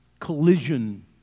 collision